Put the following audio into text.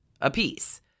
apiece